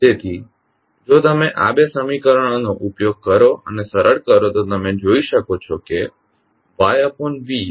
તેથી જો તમે આ 2 સમીકરણોનો ઉપયોગ કરો અને સરળ કરો તો તમે જોઈ શકો છો કે YsVsF1sF2